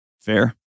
Fair